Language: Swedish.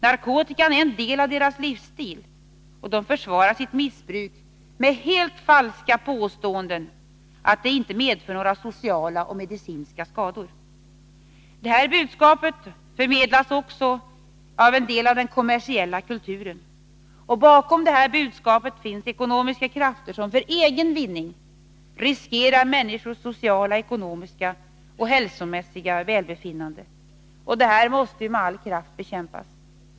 Narkotikan är en del av deras livsstil, och de försvarar sitt missbruk med helt falska påståenden att det inte medför några sociala och medicinska skador. Detta budskap har också förmedlats av en del av den kommersiella kulturen. Bakom budskapet finns ekonomiska krafter som för egen vinning riskerar människors sociala, ekonomiska och hälsomässiga välbefinnande. Detta måste bekämpas med all kraft.